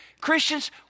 Christians